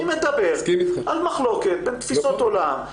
אני מדבר על מחלוקת בין תפיסות עולם,